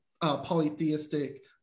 polytheistic